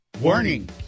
Warning